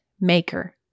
maker